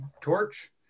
torch